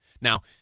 Now